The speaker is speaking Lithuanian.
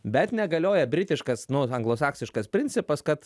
bet negalioja britiškas nu anglosaksiškas principas kad